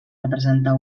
representar